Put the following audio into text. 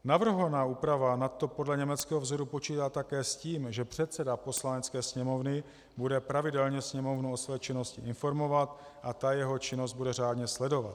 Navrhovaná úprava nadto podle německého vzoru počítá také s tím, že předseda Poslanecké sněmovny bude pravidelně Sněmovnu o své činnosti informovat a ta bude jeho činnost řádně sledovat.